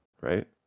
right